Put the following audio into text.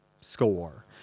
score